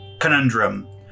conundrum